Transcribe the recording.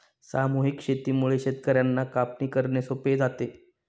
सामूहिक शेतीमुळे शेतकर्यांना कापणी करणे सोपे जाते